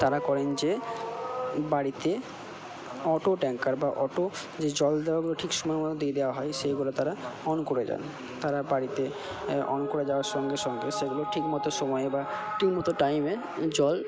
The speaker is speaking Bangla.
তারা করেন যে বাড়িতে অটো ট্যাংকার বা অটো যে জল দেওয়াগুলো ঠিক সময় মতো দিয়ে দেওয়া হয় সেইগুলো তারা অন করে যান তারা বাড়িতে অন করে দেওয়ার সঙ্গে সঙ্গে সেগুলো ঠিক মতো সময়ে বা ঠিক মতো টাইমে জল